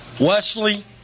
Wesley